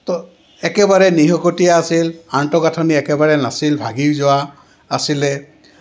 তো একেবাৰে নিকপটীয়া আছিল আনন্তঃগাঁথনি একেবাৰে নাছিল ভাগি যোৱা আছিলে